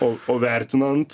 po o vertinant